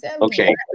Okay